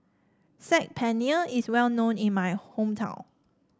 Saag Paneer is well known in my hometown